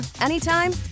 anytime